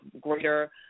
greater